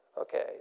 Okay